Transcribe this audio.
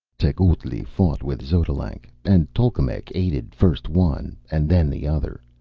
tecuhltli fought with xotalanc, and tolkemec aided first one and then the other,